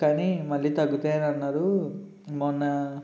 కానీ మళ్ళీ తగ్గుతాయి అన్నారు మొన్న